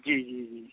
جی جی جی